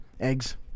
Eggs